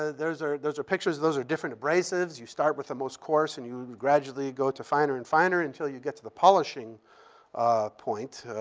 ah those are those are pictures. those are different abrasives. you start with the most course, and you gradually go to finer and finer until you get to the polishing point.